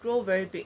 grow very big